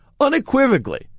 unequivocally